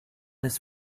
his